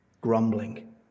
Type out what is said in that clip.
Grumbling